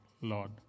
Lord